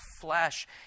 flesh